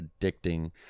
addicting